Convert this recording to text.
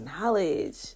knowledge